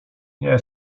nie